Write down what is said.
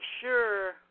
sure